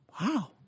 Wow